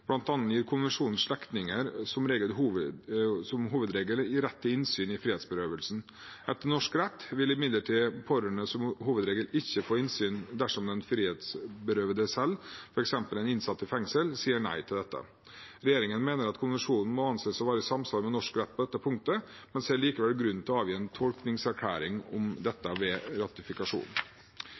gir konvensjonen slektninger som hovedregel rett til innsyn i frihetsberøvelsen. Etter norsk rett vil imidlertid pårørende som hovedregel ikke få innsyn dersom den frihetsberøvede selv, f.eks. en innsatt i fengsel, sier nei til dette. Regjeringen mener at konvensjonen må anses å være i samsvar med norsk rett på det punktet, men ser likevel grunn til å avgi en tolkningserklæring om dette ved